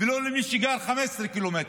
ולא למי שגר 15 קילומטר.